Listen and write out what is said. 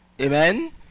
Amen